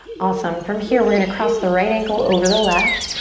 awesome. from here we're gonna cross the right ankle over the left.